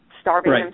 starving